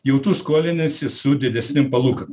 jau tu skoliniesi su didesnėm palūkanom